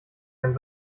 einen